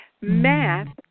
Math